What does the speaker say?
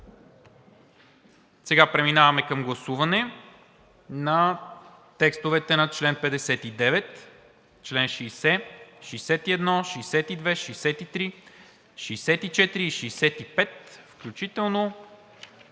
Сега преминаваме към гласуване на текстовете на чл. 59, 60, 61, 62, 63, 64 и 65 включително